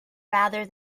rather